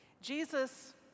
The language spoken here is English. Jesus